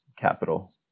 capital